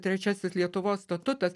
trečiasis lietuvos statutas